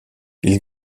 ils